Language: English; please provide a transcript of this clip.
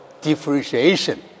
differentiation